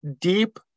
deep